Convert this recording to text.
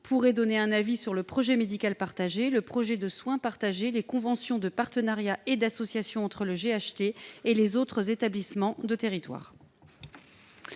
pourrait donner un avis sur le projet médical partagé, le projet de soins partagé et les conventions de partenariat et d'association entre le GHT et les autres établissements du territoire.